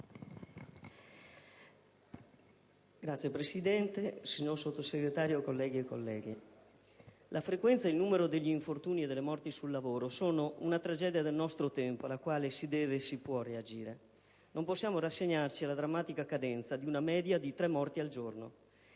Signora Presidente, signor Sottosegretario, colleghe e colleghi, la frequenza del numero degli infortuni e delle morti sul lavoro è una tragedia del nostro tempo alla quale si deve e si può reagire. Non possiamo rassegnarci alla drammatica cadenza di una media di tre morti al giorno.